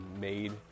made